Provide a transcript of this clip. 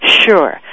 Sure